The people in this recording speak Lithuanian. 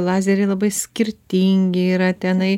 lazeriai labai skirtingi yra tenai